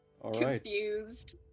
confused